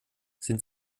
sind